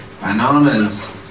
Bananas